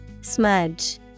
Smudge